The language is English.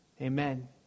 Amen